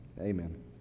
Amen